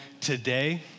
today